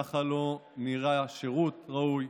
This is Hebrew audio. ככה לא נראה שירות ראוי,